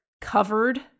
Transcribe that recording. covered